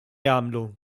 jagħmlu